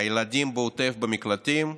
הילדים בעוטף במקלטים,